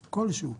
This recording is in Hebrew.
כלשהו.